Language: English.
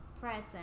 Present